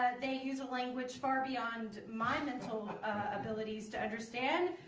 they use a language far beyond my mental abilities to understand.